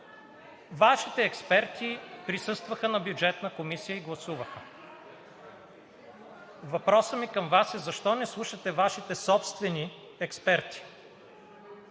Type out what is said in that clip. Вашите експерти присъстваха в Бюджетната комисия и гласуваха. Въпросът ми към Вас е: защо не слушате Вашите собствени експерти?